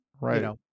right